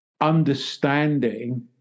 understanding